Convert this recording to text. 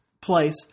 place